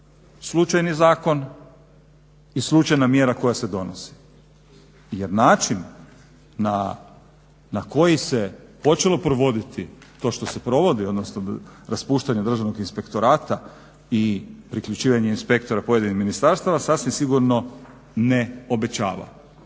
slučajni zakon i slučajna mjera koja se donosi. Jer način na koji se počelo provoditi to što se provodi, odnosno raspuštanje Državnog inspektorata i priključivanje inspektora pojedinih ministarstava sasvim sigurno ne obećava.